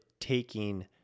taking